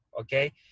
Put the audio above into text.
Okay